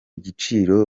giciro